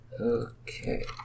Okay